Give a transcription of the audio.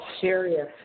Serious